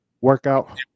workout